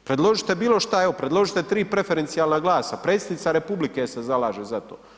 Predložite bilo šta, evo predložite tri preferencijalna glasa, Predsjednica Republike se zalaže za to.